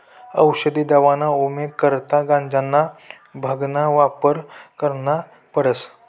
औसदी दवाना उपेग करता गांजाना, भांगना वापर करना पडस